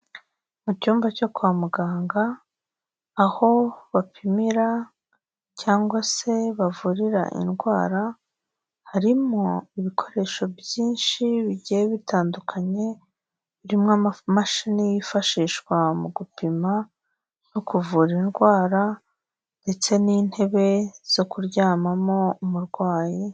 Mu cyumba cyo kwa muganga aho bapimira cyangwa se bavurira indwara, harimo ibikoresho byinshi bigiye bitandukanye birimo amamashini yifashishwa mu gupima no kuvura indwara, ndetse n'intebe zo kuryamamo umurwayi.